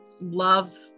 love